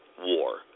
War